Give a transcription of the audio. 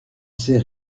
sait